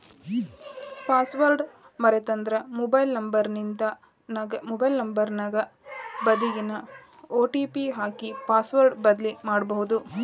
password ಮರೇತಂದ್ರ mobile number ಗ ಬನ್ದಿದ್ ಒ.ಟಿ.ಪಿ ಹಾಕಿ ಪಾಸ್ವರ್ಡ್ ಬದ್ಲಿಮಾಡ್ಬೊದು